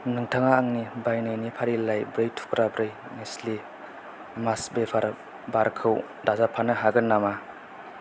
नोंथाङा आंनि बायनायनि फारिलाइयाव ब्रै थुख्राब्रै नेस्लि मान्च वेफार बारखौ दाजाबफानो हागोन नामा